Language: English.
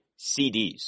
CDs